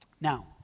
Now